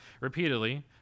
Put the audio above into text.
repeatedly